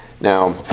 Now